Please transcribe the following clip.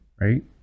right